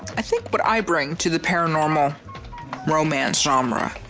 i think what i bring to the paranormal romance genre